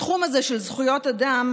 התחום הזה של זכויות אדם,